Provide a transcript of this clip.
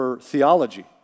theology